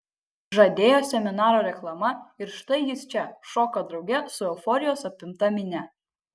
žadėjo seminaro reklama ir štai jis čia šoka drauge su euforijos apimta minia